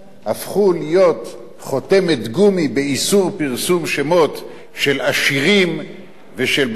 הפכו להיות חותמת גומי באיסור פרסום שמות של עשירים ושל בעלי הון,